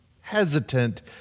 hesitant